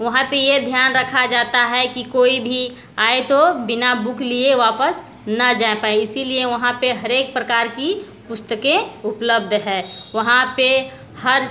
वहाँ पर ये ध्यान रखा जाता है कि कोई भी आए तो बिना बुक लिए वापस ना जा पाए इसी लिए वहाँ पर हर एक प्रकार की पुस्तकें उपलब्ध हैं वहाँ पर हर